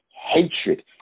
hatred